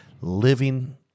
living